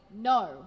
no